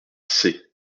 seix